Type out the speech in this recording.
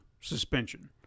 suspension